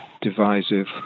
divisive